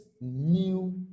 new